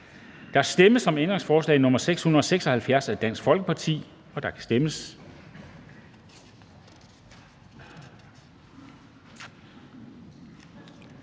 Der stemmes om ændringsforslag nr. 675 af DF, og der kan stemmes.